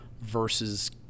versus